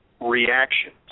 reactions